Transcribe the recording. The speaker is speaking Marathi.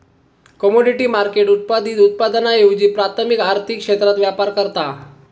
कमोडिटी मार्केट उत्पादित उत्पादनांऐवजी प्राथमिक आर्थिक क्षेत्रात व्यापार करता